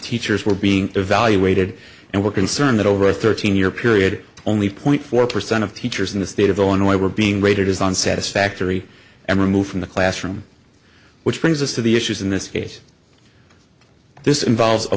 teachers were being evaluated and were concerned that over a thirteen year period only point four percent of teachers in the state of illinois were being rated isn't satisfactory and removed from the classroom which brings us to the issues in this case this involves a